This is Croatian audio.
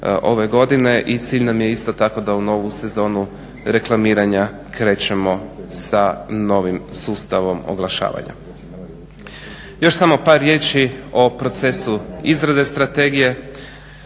ove godine i cilj nam je isto tako da u novu sezonu reklamiranja krećemo sa novim sustavom oglašavanja. Još samo par riječi o procesu izrade strategije.